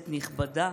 נכבדה,